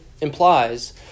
implies